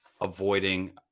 avoiding